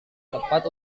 tepat